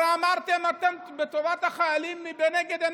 הרי אמרתם שטובת החיילים היא לנגד עיניכם,